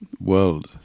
world